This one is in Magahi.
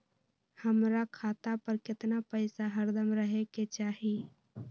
हमरा खाता पर केतना पैसा हरदम रहे के चाहि?